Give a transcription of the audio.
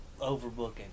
overbooking